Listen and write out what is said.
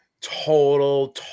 total